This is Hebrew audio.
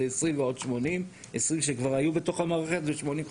אז מה שיש לנו זה ככה: 30,000 מורים מלמדים את